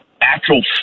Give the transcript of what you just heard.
actual